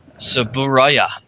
Saburaya